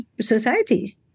society